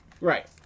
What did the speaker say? Right